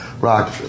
rock